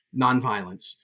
nonviolence